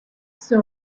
zone